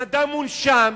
הבן-אדם מונשם,